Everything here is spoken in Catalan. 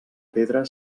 pedra